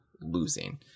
losing